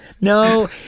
No